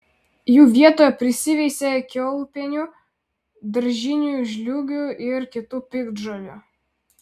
jų vietoje prisiveisia kiaulpienių daržinių žliūgių ir kitų piktžolių